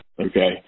okay